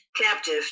captive